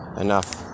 enough